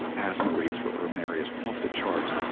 asthma rates for urban areas off the charts,